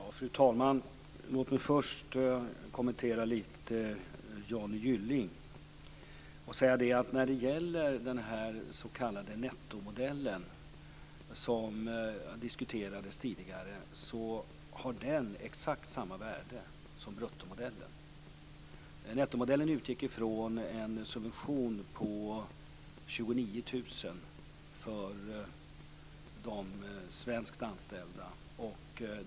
Fru talman! Låt mig först kommentera det Johnny Gylling sade. Den s.k. nettomodellen som diskuterades tidigare har exakt samma värde som bruttomodellen. Nettomodellen utgick ifrån en subvention på 29 000 för de svenskt anställda.